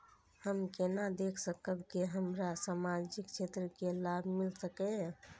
हम केना देख सकब के हमरा सामाजिक क्षेत्र के लाभ मिल सकैये?